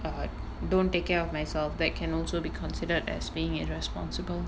don't take care of myself that can also be considered as being irresponsible